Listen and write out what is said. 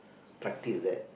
practice that